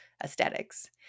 aesthetics